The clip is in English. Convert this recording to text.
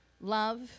love